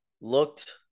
looked